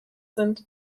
sind